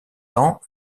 tend